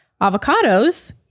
avocados